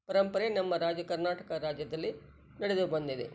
ಪರಂಪರೆ ನಮ್ಮ ರಾಜ್ಯ ಕರ್ನಾಟಕ ರಾಜ್ಯದಲ್ಲಿ ನಡೆದು ಬಂದಿದೆ